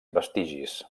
vestigis